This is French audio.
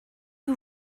que